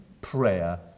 prayer